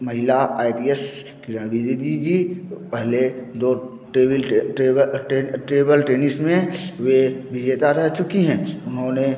महिला I P S Kiran Bedi ji पहले दो टेबिल टेबल टेबल टेनिस में वे विजेता रह चुकी हैं उन्होंने